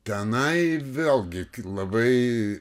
tenai vėlgi labai